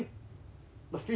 the fess should be decreased